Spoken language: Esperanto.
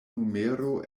numero